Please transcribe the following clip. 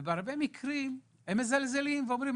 ובהרבה מקרים הם מזלזלים ואומרים,